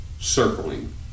circling